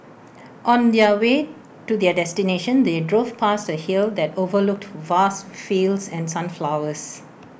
on the way to their destination they drove past A hill that overlooked vast fields and sunflowers